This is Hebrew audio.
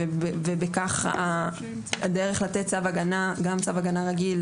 ובכך הדרך לתת גם צו הגנה רגיל,